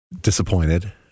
Disappointed